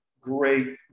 Great